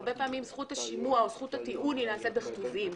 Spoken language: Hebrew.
הרבה פעמים זכות השימוע או זכות הטיעון נעשית בכתובים.